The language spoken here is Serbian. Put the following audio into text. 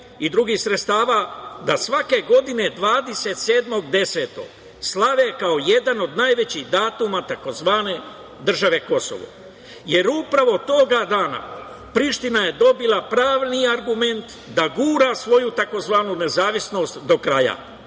i drugih sredstava, da svake godine 27. oktobra slave kao jedan od najvećih datuma takozvane države Kosovo. Upravo toga dana Priština je dobila pravni argument da gura svoju takozvanu nezavisnost do kraja.